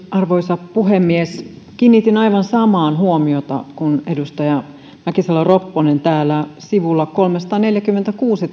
arvoisa puhemies kiinnitin aivan samaan huomiota kuin edustaja mäkisalo ropponen täällä talousarviokirjassa sivulla kolmesataaneljäkymmentäkuusi